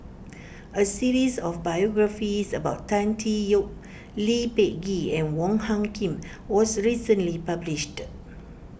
a series of biographies about Tan Tee Yoke Lee Peh Gee and Wong Hung Khim was recently published